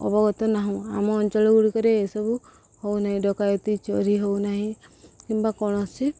ଅବଗତ ନାହୁଁ ଆମ ଅଞ୍ଚଳ ଗୁଡ଼ିକରେ ଏସବୁ ହେଉନାହିଁ ଡକାୟତି ଚୋରି ହେଉନାହିଁ କିମ୍ବା କୌଣସି